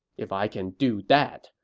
if i can do that,